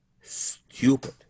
stupid